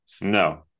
No